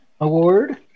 Award